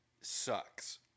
sucks